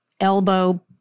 elbow